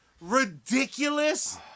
ridiculous